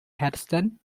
hatstand